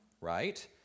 right